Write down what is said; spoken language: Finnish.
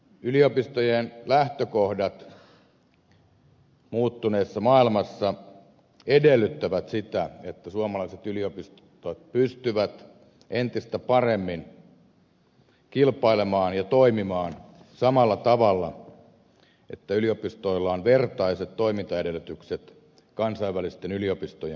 yliopistojen lähtökohdat muuttuneessa maailmassa edellyttävät sitä että suomalaiset yliopistot pystyvät entistä paremmin kilpailemaan ja toimimaan samalla tavalla ja että yliopistoilla on vertaiset toimintaedellytykset kansainvälisten yliopistojen kanssa